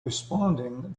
responding